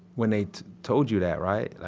when they told you that, right,